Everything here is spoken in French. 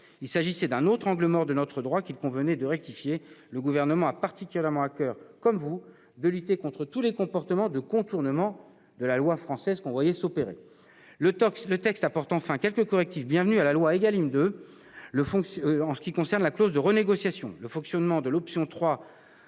Il s'agissait d'un autre angle mort de notre droit qu'il convenait de rectifier. Comme vous, le Gouvernement a particulièrement à coeur de lutter contre les comportements de contournement de la loi française que nous constations tous. Le texte apporte enfin quelques correctifs bienvenus à la loi Égalim 2, notamment en ce qui concerne la clause de renégociation, le fonctionnement de l'option 3